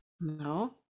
No